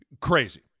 crazy